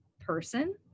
person